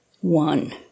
one